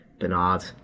Bernard